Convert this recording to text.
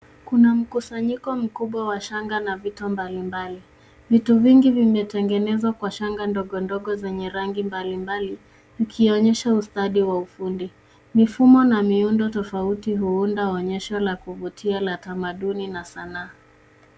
Kuna mkusanyiko mkubwa wa shanga na vitu mbalimbali. Vitu vingi vimetengenezwa kwa shanga ndogo ndogo zenye rangi mbalimbali, zikionyoshe ustadi wa ufundi. Mifumo na miundo tofauti huunda onyosho la kuvutia la tamaduni na sanaa.